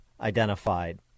identified